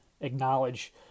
acknowledge